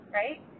right